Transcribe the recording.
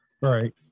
Right